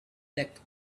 luck